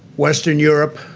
western europe,